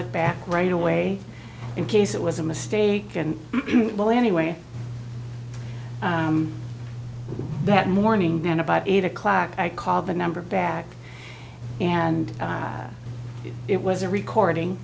it back right away in case it was a mistake and well anyway that morning then about eight o'clock i called the number back and it was a recording